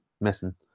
missing